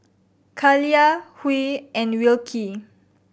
Kaliyah Huey and Wilkie